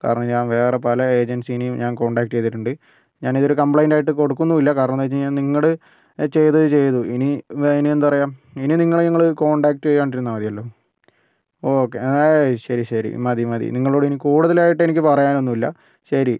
കാരണം ഞാൻ വേറെ പല ഏജൻസിയെയും ഞാൻ കോണ്ടാക്ട് ചെയ്തിട്ടുണ്ട് ഞാനിതൊരു കംപ്ലൈൻറ്റ് ആയിട്ട് കൊടുക്കുന്നില്ല കാരണമെന്താ വെച്ച് കഴിഞ്ഞാൽ നിങ്ങൾ ചെയ്തത് ചെയ്തു ഇനി വെ ഇനിയെന്താ പറയുക ഇനി നിങ്ങളെ ഞങ്ങൾ കോണ്ടാക്ട് ചെയ്യാണ്ടിരുന്നാൽ മതിയല്ലോ ഓക്കെ ഏയ് ശരി ശരി മതി മതി നിങ്ങളോട് ഇനി കൂടുതലായിട്ട് എനിക്ക് പറയാനൊന്നുമില്ല ശരി